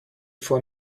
for